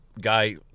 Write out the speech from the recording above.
guy